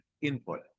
input